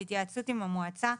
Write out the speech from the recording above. בהתייעצות עם המועצה,